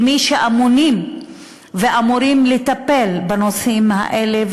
כמי שאמונים ואמורים לטפל בנושאים האלה,